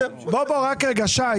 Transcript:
שי,